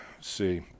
see